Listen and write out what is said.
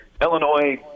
Illinois